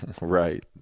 Right